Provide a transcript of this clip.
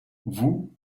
vous